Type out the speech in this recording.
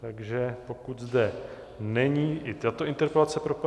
Takže pokud zde není, i tato interpelace propadá.